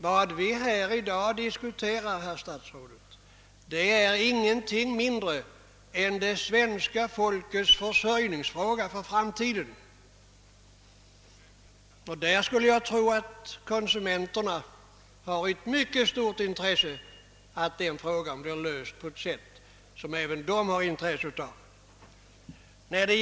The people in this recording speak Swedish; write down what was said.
Vad vi diskuterar i dag, herr statsråd, är ingenting mindre än det svenska folkets försörjningsfråga med avseende på framtiden, och jag skulle tro att konsumenterna har mycket stort intresse av att den frågan löses på ett för dem tillfredsställande sätt.